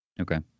Okay